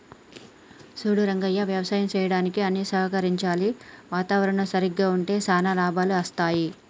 సూడు రంగయ్య యవసాయం సెయ్యడానికి అన్ని సహకరించాలి వాతావరణం సరిగ్గా ఉంటే శానా లాభాలు అస్తాయి